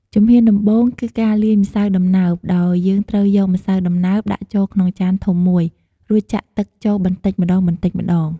ជំហានដំបូងគឺការលាយម្សៅដំណើប ដោយយើងត្រូវយកម្សៅដំណើបដាក់ចូលក្នុងចានធំមួយ រួចចាក់ទឹកចូលបន្តិចម្តងៗ។